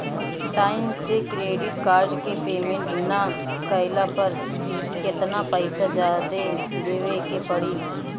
Time से credit card के payment ना कैला पर केतना पईसा जादे देवे के पड़ी?